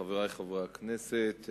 חברי חברי כנסת,